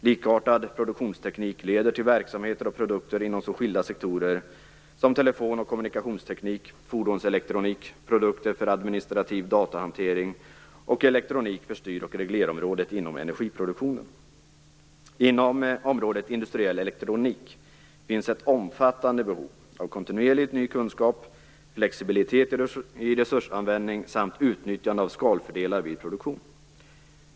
Likartad produktionsteknik leder till verksamheter och produkter inom så skilda sektorer som telefon och kommunikationsteknik, fordonselektronik, produkter för administrativ datahantering och elektronik för styr och reglerområdet inom energiproduktionen. Inom området industriell elektronik finns ett omfattande behov av kontinuerlig ny kunskap, flexibilitet i resursanvändning samt utnyttjande av skalfördelar vid produktion.